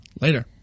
Later